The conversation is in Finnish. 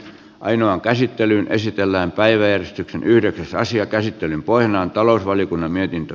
ainoan käsittely esitellään päivä yhden asian käsittelyn pohjana on talousvaliokunnan mietintö